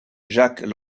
jacques